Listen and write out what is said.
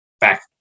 back